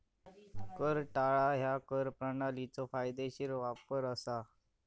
कर टाळणा ह्या कर प्रणालीचो कायदेशीर वापर असा